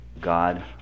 God